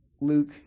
Luke